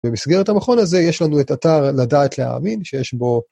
במסגרת המכון הזה יש לנו את אתר לדעת להאמין שיש בו...